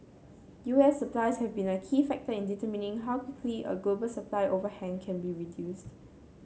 U S supplies have been a key factor in determining how quickly a global supply overhang can be reduced